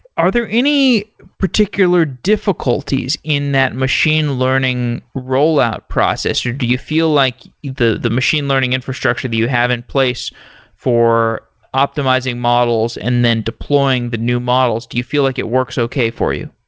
are there any particular difficulties in that machine learning role out process, or do you feel like the the machine learning infrastructure that you have in place for optimizing models and then deploying the new models, do you feel like it works okay for you?